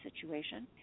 situation